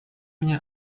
мне